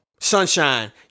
Sunshine